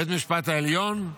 בית המשפט העליון גם